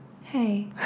Hey